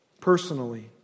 personally